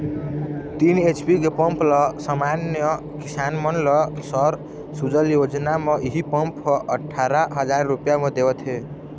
तीन HP pump ल समान्य किसान मन ल सौर सूजला योजना म इहीं पंप ह अठारा हजार रूपिया म देवत हे